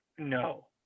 No